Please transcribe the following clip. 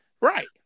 Right